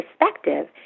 perspective